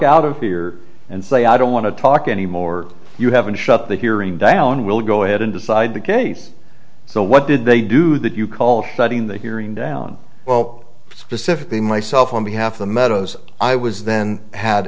out of here and say i don't want to talk anymore you haven't shut the hearing down we'll go ahead and decide the case so what did they do that you called studying the hearing down well specifically myself on behalf of the meadows i was then had